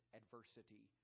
adversity